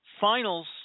finals